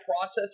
process